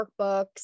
workbooks